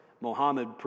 Mohammed